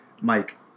Mike